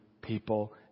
people